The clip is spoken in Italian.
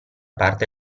parte